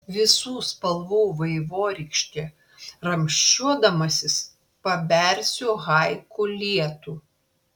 visų spalvų vaivorykšte ramsčiuodamasis pabersiu haiku lietų